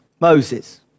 Moses